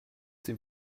dem